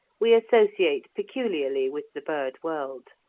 we associate peculiarly with the bird-world.